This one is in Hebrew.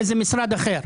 באיזה משרד אחר.